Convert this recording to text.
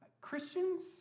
Christians